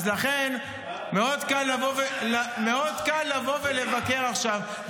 לכן, מאוד קל לבוא ולבקר עכשיו.